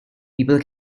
people